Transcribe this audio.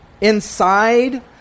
inside